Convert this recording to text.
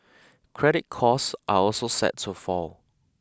credit costs are also set to fall